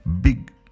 big